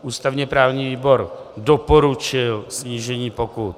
Ústavněprávní výbor doporučil snížení pokut.